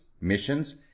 missions